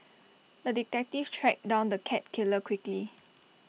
the detective tracked down the cat killer quickly